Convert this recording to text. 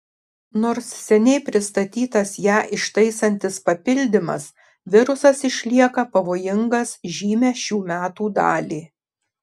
nors seniai pristatytas ją ištaisantis papildymas virusas išlieka pavojingas žymią šių metų dalį